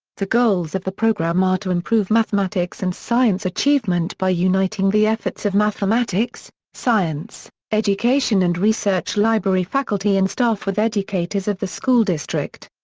the goals of the program are to improve mathematics and science achievement by uniting the efforts of mathematics, science, education and research library faculty and staff with educators of the school district.